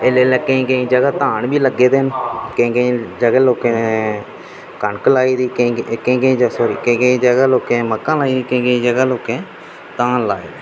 इसलै केईं केईं जगह् धान बी लग्गे दे न केईं केईं जगह् लोकें दे कनक लाई दी केईं केईं जगह् केईं केईं जगह् लोकें मक्कां लाई दियां केईं केईं जगह् लोकें धान लाए दे